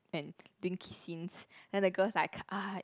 when doing kiss scenes then the girl is like cut